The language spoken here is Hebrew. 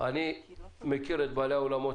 אני מכיר את בעלי האולמות